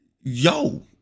yo